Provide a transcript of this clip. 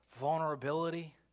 vulnerability